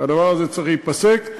והדבר הזה צריך להיפסק.